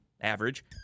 average